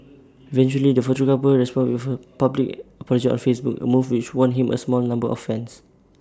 eventually the photographer responded with A public apology on Facebook A move which won him A small number of fans